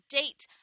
date